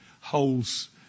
holds